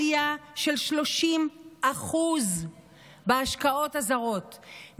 עלייה של 30% בהשקעות הזרות,